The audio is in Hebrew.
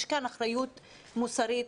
יש כאן אחריות מוסרית,